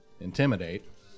Intimidate